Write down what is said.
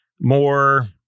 more